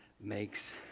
makes